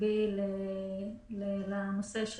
במקביל לנושא של